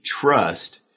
trust